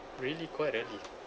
really quite early